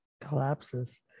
collapses